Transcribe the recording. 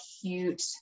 cute